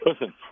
Listen